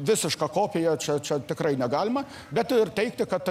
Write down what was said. visiška kopija čia čia tikrai negalima bet ir teigti kad